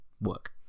work